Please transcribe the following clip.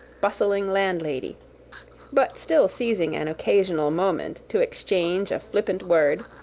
bustling landlady but still seizing an occasional moment to exchange a flippant word,